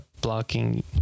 blocking